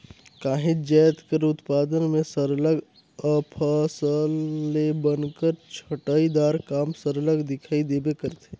काहींच जाएत कर उत्पादन में सरलग अफसल ले बन कर छंटई दार काम सरलग दिखई देबे करथे